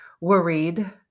worried